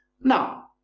Now